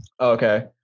Okay